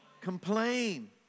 Complain